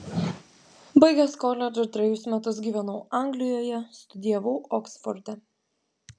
baigęs koledžą trejus metus gyvenau anglijoje studijavau oksforde